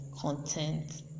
content